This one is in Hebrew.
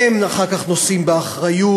הם אחר כך נושאים באחריות,